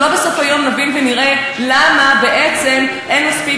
שלא בסוף היום נבין ונראה למה בעצם אין מספיק